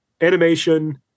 animation